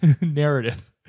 narrative